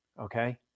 Okay